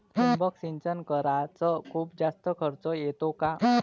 ठिबक सिंचन कराच खूप जास्त खर्च येतो का?